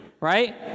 right